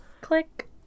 Click